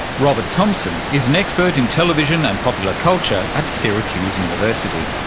robert thompson is an expert in television and popular culture at syracuse university.